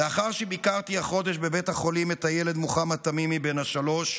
לאחר שביקרתי החודש בבית החולים את הילד מוחמד תמימי בן השלוש,